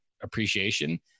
appreciation